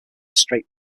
straight